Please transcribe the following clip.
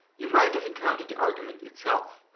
you might have encountered the argument itself.